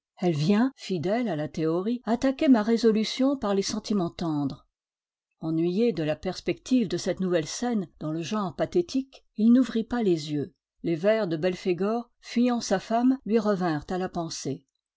elle vient fidèle à la théorie attaquer ma résolution par les sentiments tendres ennuyé de la perspective de cette nouvelle scène dans le genre pathétique il n'ouvrit pas les yeux les vers de belphégor fuyant sa femme lui revinrent à la pensée